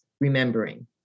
remembering